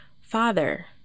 father